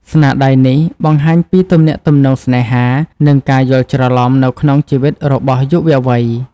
ស្នាដៃនេះបង្ហាញពីទំនាក់ទំនងស្នេហា និងការយល់ច្រឡំនៅក្នុងជីវិតរបស់យុវវ័យ។